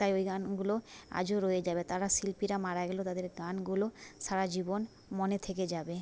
তাই ওই গানগুলো আজও রয়ে যাবে তারা শিল্পীরা মারা গেলেও তাদের গানগুলো সারা জীবন মনে থেকে যাবে